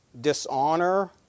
dishonor